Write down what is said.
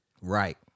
Right